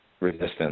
resistance